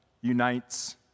unites